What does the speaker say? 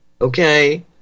Okay